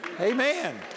Amen